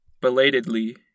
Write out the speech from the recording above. Belatedly